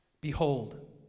behold